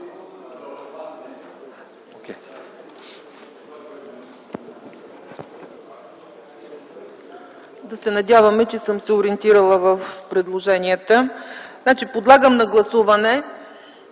Да се надяваме, че съм се ориентирала в предложенията. Подлагам на гласуване